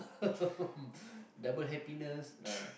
double happiness ah